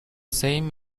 same